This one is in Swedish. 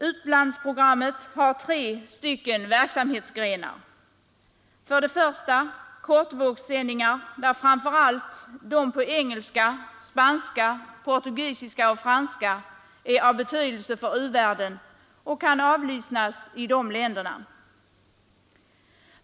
Utlandsprogrammet har tre verksamhetsgrenar: För det första finns kortvågssändningar, där framför allt de på engelska, spanska, portugisiska och franska är av betydelse för u-världen och kan avlyssnas i de länderna.